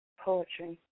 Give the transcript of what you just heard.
Poetry